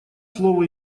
слово